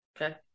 Okay